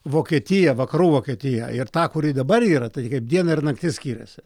vokietija vakarų vokietija ir ta kuri dabar yra tai kaip diena ir naktis skiriasi